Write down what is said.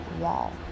wall